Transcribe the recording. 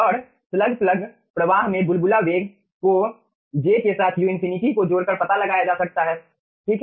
और slug plug प्रवाह में बुलबुला वेग को j के साथ u∞ को जोड़कर पता लगाया जा सकता है ठीक है